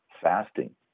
fasting